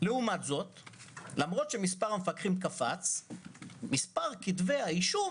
למרות שמספר המפקחים קפץ מספר כתבי האישום